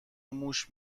موش